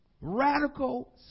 Radical